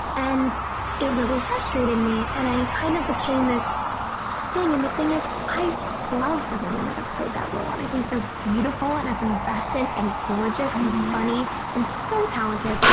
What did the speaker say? and it really frustrated me and i kind of became this thing. and the thing is, i love the women that have played that role. and i think they're beautiful and effervescent and gorgeous and funny and so talented.